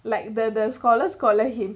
like the the scholar scholar him